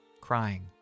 crying